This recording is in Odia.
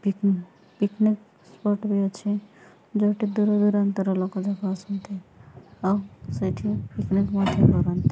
ପିକ୍ନିକ୍ ସ୍ପଟ୍ ବି ଅଛି ଯେଉଁଠି ଦୂରଦୂରାନ୍ତର ଲୋକଯାକ ଆସନ୍ତି ଆଉ ସେଇଠି ପିକ୍ନିକ୍ ମଧ୍ୟ କରନ୍ତି